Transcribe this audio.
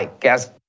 gas